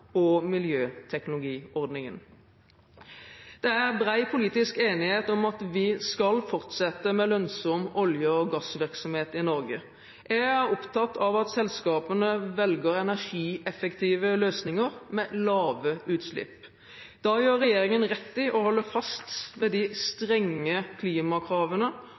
og miljøteknologiordningen. Det er bred politisk enighet om at vi skal fortsette med lønnsom olje- og gassvirksomhet i Norge. Jeg er opptatt av at selskapene velger energieffektive løsninger med lave utslipp. Da gjør regjeringen rett i å holde fast ved de strenge klimakravene